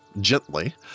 gently